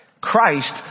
Christ